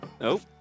Nope